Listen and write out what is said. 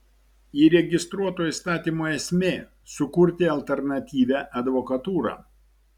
įregistruoto įstatymo esmė sukurti alternatyvią advokatūrą